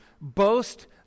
boast